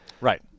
Right